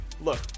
Look